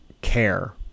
care